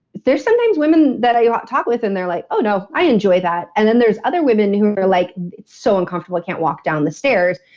there's sometimes women that i talk with and they're like, oh no, i enjoy that. and then there's other women who are like, it's so uncomfortable, i can't walk down the stairs.